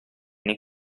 nei